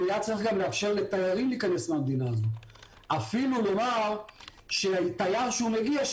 מיד צריך גם לאפשר לתיירים מהמדינה הזו להיכנס; אפילו לומר שתייר שמגיע,